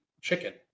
chicken